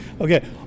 Okay